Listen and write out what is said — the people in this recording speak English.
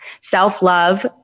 self-love